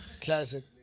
Classic